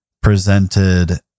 presented